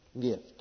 gift